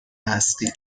هستید